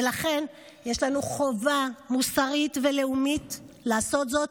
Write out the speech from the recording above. ולכן יש לנו חובה מוסרית ולאומית לעשות זאת,